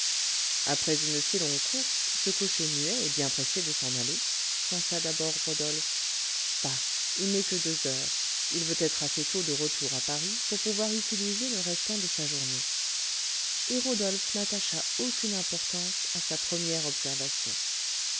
après une si longue course ce cocher muet est bien pressé de s'en aller pensa d'abord rodolphe bah il n'est que deux heures il veut être assez tôt de retour à paris pour pouvoir utiliser le restant de sa journée et rodolphe n'attacha aucune importance à sa première observation